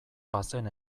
bazen